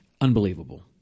unbelievable